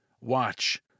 Watch